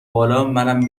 بالامنم